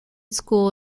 schools